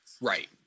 Right